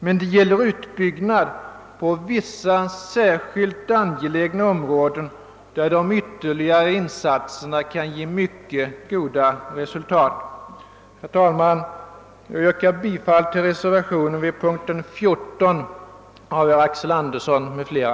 Men det gäller utbyggnad på vissa särskilt angelägna områden, där de ytterligare insatserna kan ge mycket goda resultat. Herr talman! Jag yrkar bifall till reservationen 2 a vid punkten 14 av herr Axel Andersson m.fl.